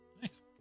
Nice